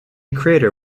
crater